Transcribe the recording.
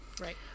right